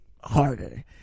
harder